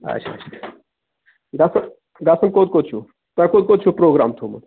اچھا گژھُن گژھُن کوٚت کوٚت چھُو تۄہہِ کوٚت کوٚت چھُو پروگرام تھومُت